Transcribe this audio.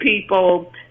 people